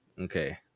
Okay